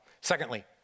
Secondly